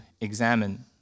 examine